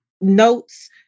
notes